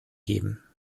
geben